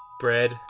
Bread